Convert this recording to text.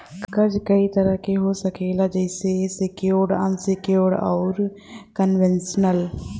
कर्जा कई तरह क हो सकेला जइसे सेक्योर्ड, अनसेक्योर्ड, आउर कन्वेशनल